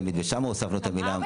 שם הוספנו את המילה.